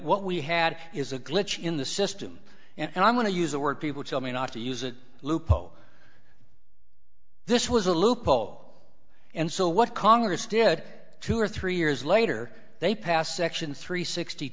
what we had is a glitch in the system and i'm going to use the word people tell me not to use it lupo this was a loophole and so what congress did it two or three years later they passed section three sixty